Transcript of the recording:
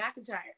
McIntyre